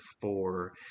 four